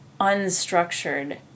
unstructured